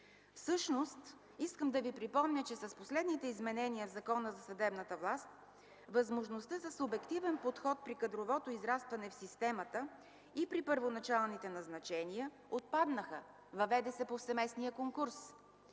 Всъщност искам да ви припомня, че с последните изменения в Закона за съдебната власт възможността за субективен подход при кадровото израстване в системата и при първоначалните назначения отпаднаха. Въведе се повсеместният конкурс.